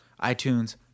iTunes